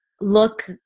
look